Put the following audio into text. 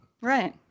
Right